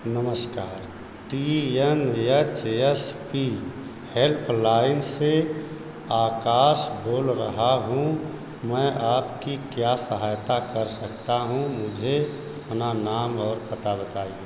नमस्कार T N H S P helpline से आकाश बोल रहा हूँ मैं आपकी क्या सहायता कर सकता हूँ मुझे अपना नाम और पता बताइए